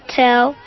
tell